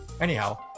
Anyhow